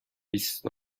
بیست